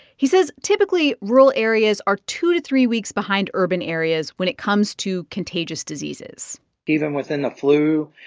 he says, typically, rural areas are two to three weeks behind urban areas when it comes to contagious diseases even within the flu,